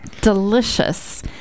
delicious